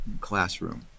classroom